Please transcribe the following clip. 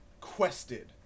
quested